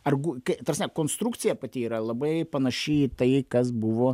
argu kai ta prasme konstrukcija pati yra labai panaši į tai kas buvo